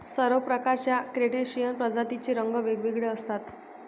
सर्व प्रकारच्या क्रस्टेशियन प्रजातींचे रंग वेगवेगळे असतात